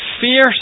fierce